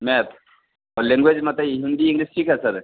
math और language मता Hindi English ठीक है सर